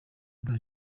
mba